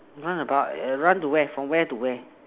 run about err run to where from where to where